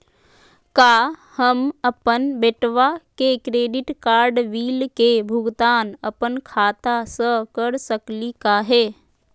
का हम अपन बेटवा के क्रेडिट कार्ड बिल के भुगतान अपन खाता स कर सकली का हे?